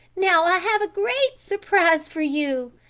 now i have a great surprise for you.